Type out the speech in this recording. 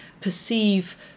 perceive